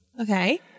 okay